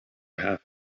half